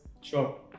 Sure